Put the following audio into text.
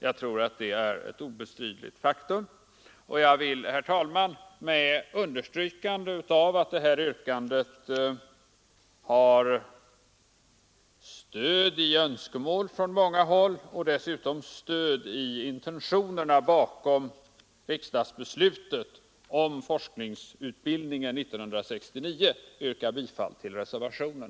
Jag tror att det är ett obestridligt faktum, och jag vill, herr talman, med understrykande av att det här yrkandet har stöd i önskemål från många håll och dessutom stöd i intentionerna bakom riksdagsbeslutet om forskarutbildningen 1969 yrka bifall till reservationen.